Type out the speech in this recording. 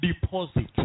deposit